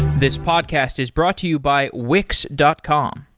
this podcast is brought to you by wix dot com.